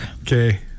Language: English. Okay